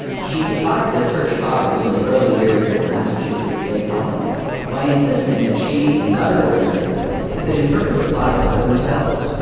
she defied the church fathers in the early years of the massachusetts bay colony by insisting that she, and other ordinary ordinary people, could interpret the bible for themselves.